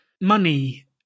money